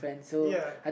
ya